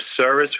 service